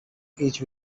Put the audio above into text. each